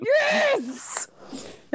yes